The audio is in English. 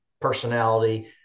personality